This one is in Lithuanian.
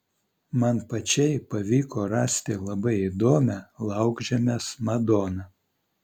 man pačiai pavyko rasti labai įdomią laukžemės madoną